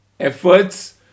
efforts